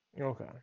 Okay